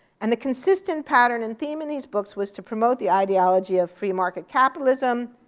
and the consistent pattern and theme in these books was to promote the ideology of free market capitalism.